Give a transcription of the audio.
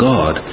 God